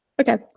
Okay